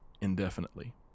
indefinitely